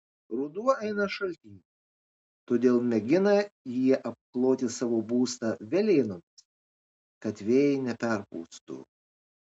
ruduo eina šaltyn todėl mėgina jie apkloti savo būstą velėnomis kad vėjai neperpūstų